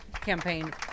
campaign